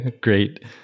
great